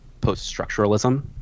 post-structuralism